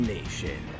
Nation